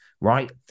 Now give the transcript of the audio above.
right